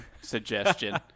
suggestion